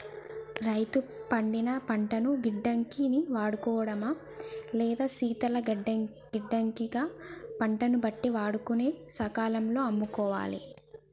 రైతు పండిన పంటను గిడ్డంగి ని వాడుకోడమా లేదా శీతల గిడ్డంగి గ పంటను బట్టి వాడుకొని సకాలం లో అమ్ముకోవాలె